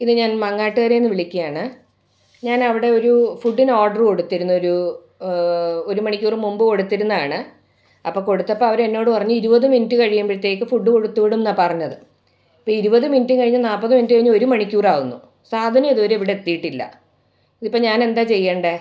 ഇത് ഞാൻ മങ്ങാട്ടുകരേന്ന് വിളിക്കാണ് ഞാനവിടെ ഒരു ഫുഡിന് ഓർഡറ് കൊടുത്തിരുന്നു ഒരു ഒരു മണിക്കൂറ് മുമ്പ് കൊടുത്തിരുന്നതാണ് അപ്പം കൊടുത്തപ്പോൾ അവരെന്നോട് പറഞ്ഞ് ഇരുപത് മിനിറ്റ് കഴിയുമ്പോഴത്തേക്ക് ഫുഡ് കൊടുത്ത് വിടുന്നാണ് പറഞ്ഞത് ഇപ്പം ഇരുപത് മിനിറ്റും കഴിഞ്ഞ് നാൽപ്പത് മിനിറ്റ് കഴിഞ്ഞ് ഒരു മണിക്കൂറാവുന്നു സാധനം ഇതുവരെ ഇവിടെത്തീട്ടില്ല ഇതിപ്പോൾ ഞാനെന്താ ചെയ്യേണ്ടത്